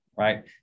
right